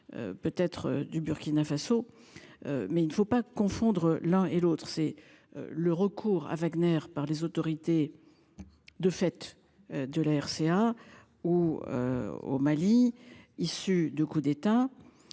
Peut être du Burkina Faso. Mais il ne faut pas confondre l'un et l'autre c'est le recours à Wagner, par les autorités. De fait, de la RCA ou. Au Mali, issu de coup d'État